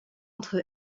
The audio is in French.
entre